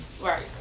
Right